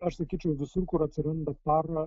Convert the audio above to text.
aš sakyčiau visur kur atsiranda para